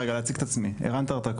אז יש כאן לאט לאט